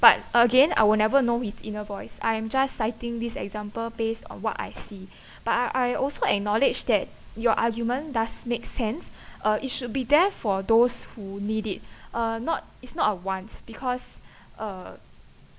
but again I'll never know his inner voice I am just citing this example based on what I see but I I also acknowledge that your argument does make sense uh it should be there for those who need it uh not it's not a want because uh